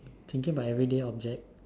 thinking about everyday object